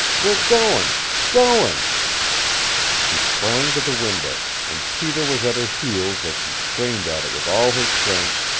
we're goin' goin' she sprang to the window, and peter was at her heels as she strained at it with all her strength,